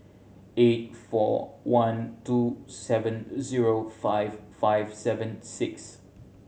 eight four one two seven zero five five seven six